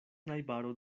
najbaro